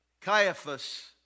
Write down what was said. Caiaphas